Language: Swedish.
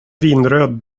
vinröd